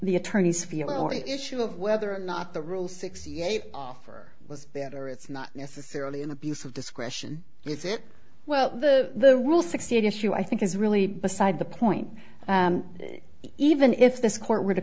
the attorneys feel or issue of whether or not the rule sixty eight offer was better it's not necessarily an abuse of discretion is it well the the rule sixty issue i think is really beside the point even if this court were to